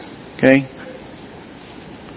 okay